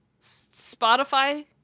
Spotify